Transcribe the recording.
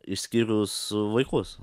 išskyrus vaikus